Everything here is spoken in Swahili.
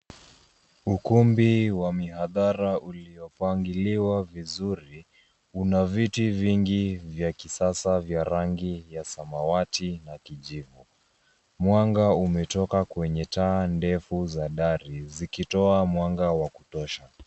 Ukumbi wa mihadhara uliopangiliwa vizuri, una viti vingi vya kisasa vya rangi ya samawati na kijivu. Mwanga umetoka kwenye taa ndefu za dari zikitoa mwanga wa kutosha.